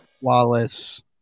Wallace